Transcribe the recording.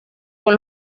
con